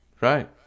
Right